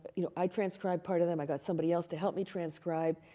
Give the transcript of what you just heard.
you know, i transcribed part of them. i got somebody else to help me transcribe.